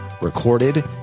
recorded